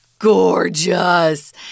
gorgeous